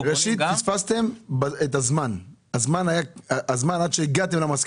ראשית פספסתם את הזמן עד שהגעתם למסקנה